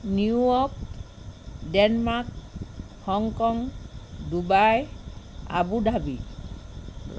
New York Denmark Hong Kong Dubai Abu Dhabi